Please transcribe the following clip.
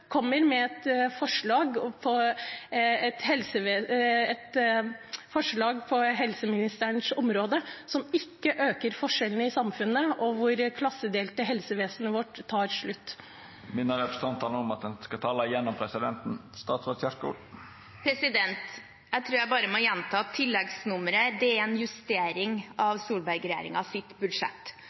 kommer med et forslag på helseministerens område som ikke øker forskjellene i samfunnet, og hvor det klassedelte helsevesenet vårt tar slutt. Eg vil minna representanten om at ein skal tala gjennom presidenten. Jeg tror jeg bare må gjenta: Tilleggsproposisjonen er en justering av Solberg-regjeringens budsjett. Jeg er helt enig med representanten – neste års budsjett